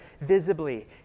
visibly